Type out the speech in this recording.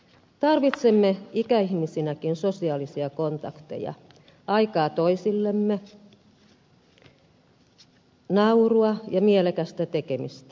tarvitsemme ikäihmisinäkin sosiaalisia kontakteja aikaa toisillemme naurua ja mielekästä tekemistä